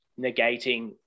negating